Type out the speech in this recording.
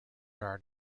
art